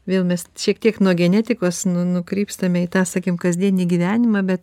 vėl mes šiek tiek nuo genetikos nu nukrypstame į tą sakykim kasdienį gyvenimą bet